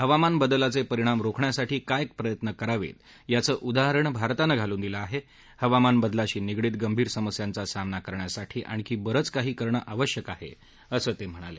हवामान बदलाचे परिणाम रोखण्यासाठी काय प्रयत्न करावेत याचं उदाहरण भारतानं घालून दिलं आहे हवामान बदलाशी निगडीत गंभीर समस्यांचा सामना करण्यासाठी आणखी बरंच काही करणं आवश्यक आहे असं ते म्हणाले